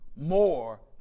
more